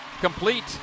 Complete